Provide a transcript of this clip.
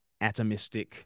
atomistic